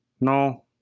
No